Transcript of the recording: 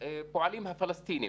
הפועלים הפלסטינים,